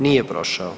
Nije prošao.